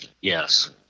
Yes